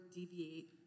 deviate